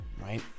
right